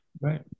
Right